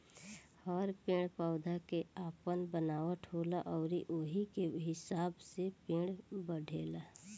हर पेड़ पौधा के आपन बनावट होला अउरी ओही के हिसाब से पेड़ बढ़ेला